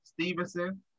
Stevenson